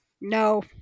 No